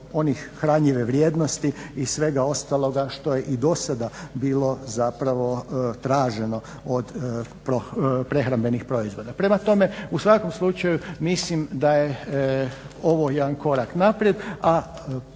hranjive vrijednosti i svega ostaloga što je i do sada bilo zapravo traženo od prehrambenih proizvoda. Prema tome, u svakom slučaju mislim da je ovo jedan korak naprijed.